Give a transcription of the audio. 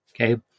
Okay